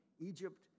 Egypt